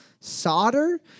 solder